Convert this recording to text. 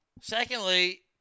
Secondly